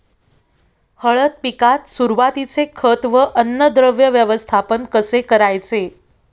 हळद पिकात सुरुवातीचे खत व अन्नद्रव्य व्यवस्थापन कसे करायचे?